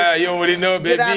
ah you already know, babyyy!